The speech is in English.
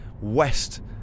west